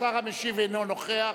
השר המשיב אינו נוכח,